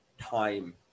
time